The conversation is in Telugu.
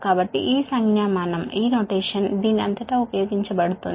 కాబట్టి ఈ నొటేషన్ దీని అంతటా ఉపయోగించబడుతుంది